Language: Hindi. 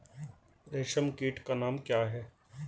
रेशम कीट का नाम क्या है?